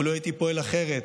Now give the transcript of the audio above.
אילו הייתי פועל אחרת.